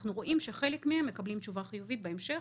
אנחנו רואים שחלק מהם מקבלים תשובה חיובית בהמשך,